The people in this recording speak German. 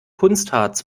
kunstharz